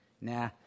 nah